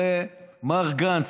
הרי מר גנץ,